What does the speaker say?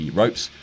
ropes